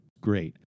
great